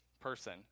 person